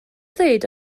ddweud